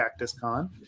CactusCon